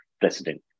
president